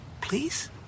please